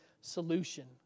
solution